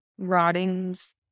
rottings